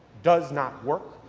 does not work,